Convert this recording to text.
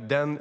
De